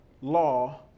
law